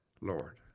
Lord